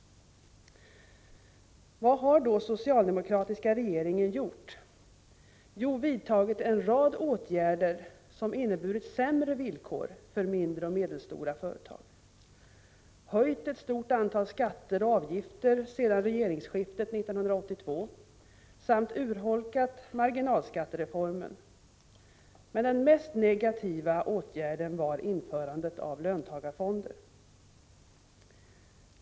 Vad har då den socialdemokratiska regeringen gjort? Jo, den har vidtagit en rad åtgärder som inneburit sämre villkor för mindre och medelstora företag. Den har höjt ett stort antal skatter och avgifter sedan regeringsskiftet 1982 samt urholkat marginalskattereformen. Men den mest negativa åtgärden var införandet av löntagarfonderna.